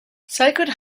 sacred